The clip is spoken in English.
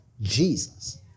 Jesus